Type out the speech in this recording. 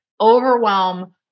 overwhelm